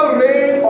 rain